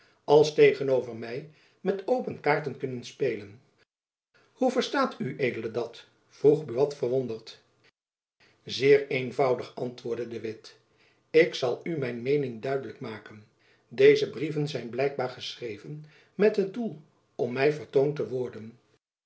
als tegenover my met open kaarten kunnen spelen jacob van lennep elizabeth musch hoe verstaat ued dat vroeg buat verwonderd zeer eenvoudig antwoordde de witt ik zal u mijn meening duidelijk maken deze brieven zijn blijkbaar geschreven met het doel om my vertoond te worden